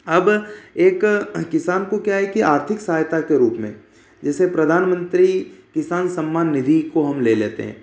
अब एक किसान को क्या है कि आर्थिक सहायता के रूप में जैसे प्रधानमंत्री निधि सम्मान को हम ले लेते हैं